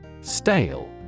STALE